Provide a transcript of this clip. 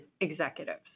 executives